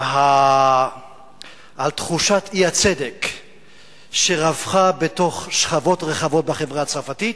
על תחושת האי-צדק שרווחה בשכבות רחבות בחברה הצרפתית.